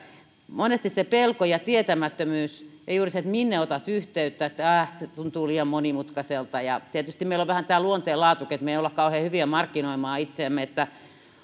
monesti on se pelko ja tietämättömyys ja juuri se että minne otat yhteyttä ja ääh tämä tuntuu liian monimutkaiselta tietysti meillä on vähän tämä luonteenlaatukin sellainen että me emme ole kauhean hyviä markkinoimaan itseämme